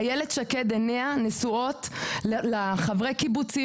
עיני אילת שקד נשואות לחברי הקיבוצים